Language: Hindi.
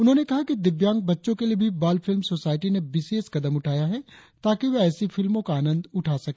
उन्होंने कहा कि दिव्यांग बच्चों के लिए भी बाल फिल्म सोसायटी ने विशेष कदम उठाया है ताकि वे ऐसी फिल्मों का आनंद उठा सके